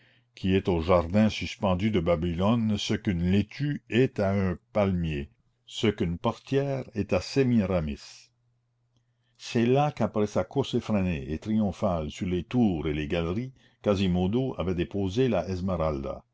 qui est aux jardins suspendus de babylone ce qu'une laitue est à un palmier ce qu'une portière est à sémiramis c'est là qu'après sa course effrénée et triomphale sur les tours et les galeries quasimodo avait déposé la